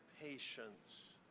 patience